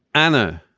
anna,